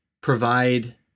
provide